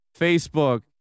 Facebook